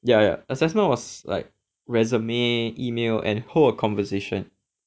ya ya assessment was like resume email and hold a conversation